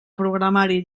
programari